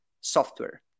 software